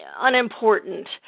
unimportant